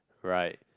right